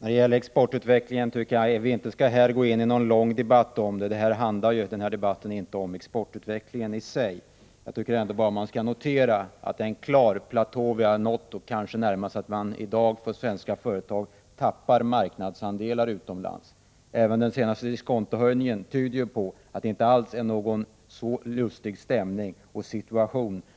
Herr talman! Jag tycker inte att vi skall gå in i en lång debatt om exportutvecklingen — debatten handlar ju inte om exportutvecklingen i sig. Jag tycker ändå man skall notera att vi har nått en klar platå och att svenska företag i dag tappar marknadsandelar utomlands. Även den senaste diskontohöjningen tyder ju på att det inte råder en så lustig stämning